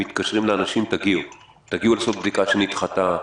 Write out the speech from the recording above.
לאנשים ומזמינים אותם להגיע לעשות בדיקה שנדחתה,